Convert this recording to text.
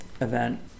event